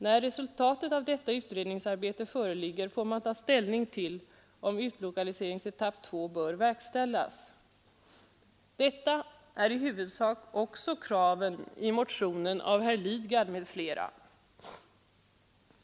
När resultatet av detta utredningsarbete föreligger får man ta ställning till om utlokaliseringsetapp 2 bör verkställas.” Detta är i huvudsak också kraven i motionen av herr Lidgard m.fl.